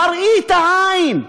מראית העין.